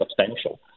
substantial